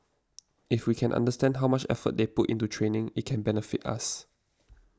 if we can understand how much effort they put into training it can benefit us